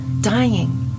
dying